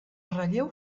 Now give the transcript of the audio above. relleu